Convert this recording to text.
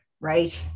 Right